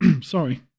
sorry